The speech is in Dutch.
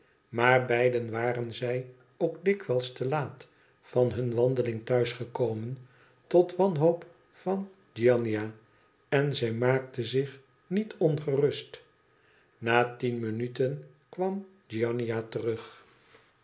maar beiden waren zij ook dikwijls te laat van hun wandering thuis gekomen tot wanhoop van giannina en zij maakte zich niet ongerust na rjen minuter kwam giannina terug